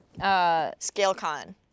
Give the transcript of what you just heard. Scalecon